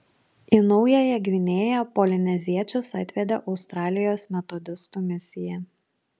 į naująją gvinėją polineziečius atvedė australijos metodistų misija